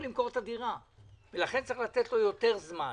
למכור את הדירה ולכן צריך לתת לו יותר זמן,